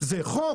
זה חוק,